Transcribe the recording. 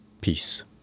peace